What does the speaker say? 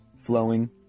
flowing